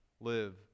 live